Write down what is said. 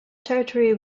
territory